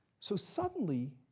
so suddenly,